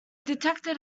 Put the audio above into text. detected